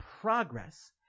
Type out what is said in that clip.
progress